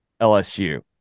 LSU